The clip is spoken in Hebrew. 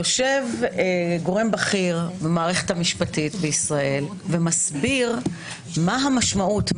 יושב גורם בכיר במערכת המשפטית בישראל ומסביר מה המשמעות,